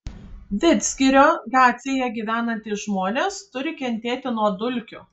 vidzgirio gatvėje gyvenantys žmonės turi kentėti nuo dulkių